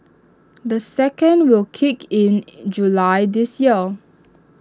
the second will kick in in July this year